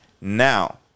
Now